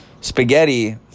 Spaghetti